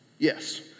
Yes